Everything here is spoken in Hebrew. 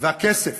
והכסף,